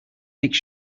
make